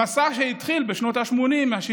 המסע שהתחיל בשנות השמונים, השבעים,